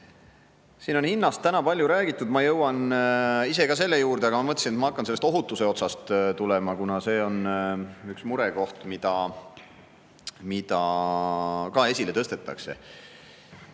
Siin on täna hinnast palju räägitud, ma jõuan ise ka selle juurde, aga ma mõtlesin, et ma hakkan pihta ohutuse otsast, kuna see on üks murekoht, mida ka esile tõstetakse. Teadus